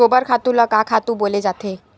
गोबर खातु ल का खातु बोले जाथे?